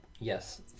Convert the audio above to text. Yes